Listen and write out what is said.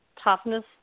toughness